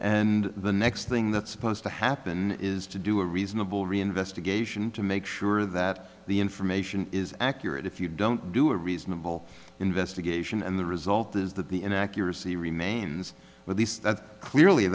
and the next thing that's supposed to happen is to do a reasonable re investigation to make sure that the information is accurate if you don't do a reasonable investigation and the result is that the inaccuracy remains at least that's clearly